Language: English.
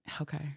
Okay